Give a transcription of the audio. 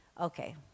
Okay